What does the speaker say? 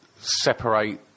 separate